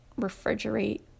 refrigerate